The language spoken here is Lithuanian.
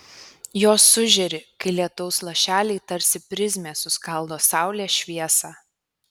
jos sužėri kai lietaus lašeliai tarsi prizmė suskaldo saulės šviesą